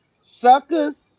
Suckers